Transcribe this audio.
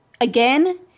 Again